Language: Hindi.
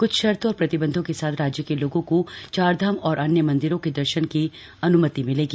क्छ शर्तों और प्रतिबंधों के साथ राज्य के लोगों को चारधाम और अन्य मंदिरों के दर्शन की अन्मति मिलेगी